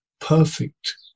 perfect